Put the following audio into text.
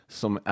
som